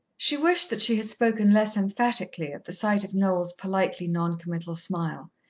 she wished that she had spoken less emphatically, at the sight of noel's politely non-committal smile.